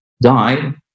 died